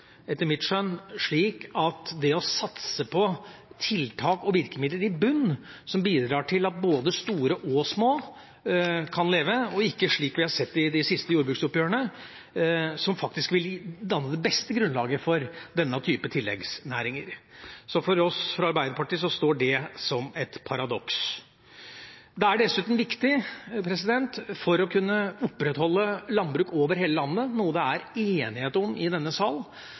etter mitt skjønn det å satse på tiltak og virkemidler i bunnen som bidrar til at både store og små kan leve, og ikke slik vi har sett det i de siste jordbruksoppgjørene, danne det beste grunnlaget for denne typen tilleggsnæringer. For oss fra Arbeiderpartiet står det som et paradoks. Det er dessuten viktig for å kunne opprettholde landbruk over hele landet – noe det er enighet om i denne sal